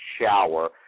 shower